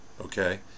okay